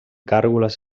gàrgoles